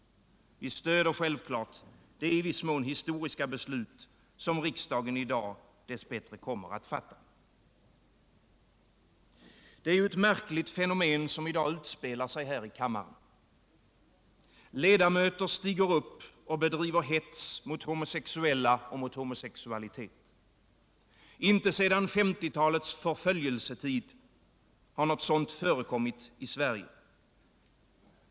Vi stöder självklart det i viss mån historiska beslut som riksdagen i dag dess bättre kommer att fatta. Det är ett märkligt fenomen som i dag utspelar sig här i kammaren. Ledamöter stiger upp och bedriver hets mot homosexuella och homosexualitet. Inte sedan 1950-talets förföljelsetid har något sådant förekommit i Sverige.